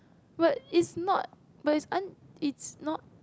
but is not is un~ is not